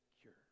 cure